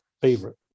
favorite